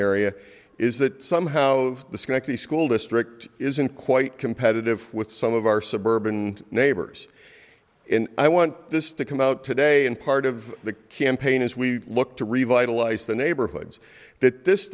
area is that somehow of disconnect the school district isn't quite competitive with some of our suburban neighbors and i want this to come out today and part of the campaign is we look to revitalize the neighborhoods that this